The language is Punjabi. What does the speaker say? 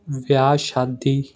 ਵਿਆਹ ਸ਼ਾਦੀ